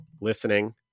listening